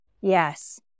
Yes